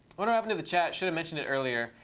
what happened to the chat? should have mentioned it earlier.